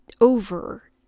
over